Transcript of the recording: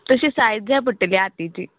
तशी सायज जाय पडटली हातिची